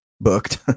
booked